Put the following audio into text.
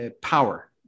power